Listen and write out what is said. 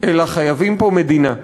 אלא חייבים פה מדינה.